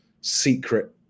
secret